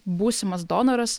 būsimas donoras